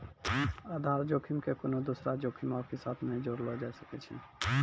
आधार जोखिम के कोनो दोसरो जोखिमो के साथ नै जोड़लो जाय सकै छै